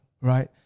right